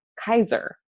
Kaiser